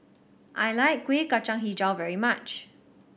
I like Kueh Kacang Hijau very much